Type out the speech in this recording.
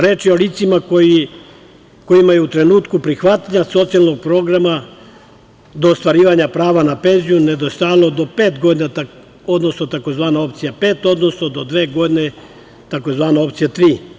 Reč je o licima kojima je u trenutku prihvatanja socijalnog programa do ostvarivanja prava na penziju nedostajalo do pet godina, odnosno tzv. opcija pet, odnosno do dve godine, tzv. opcija tri.